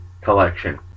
collection